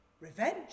Revenge